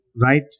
right